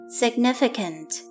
significant